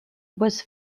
was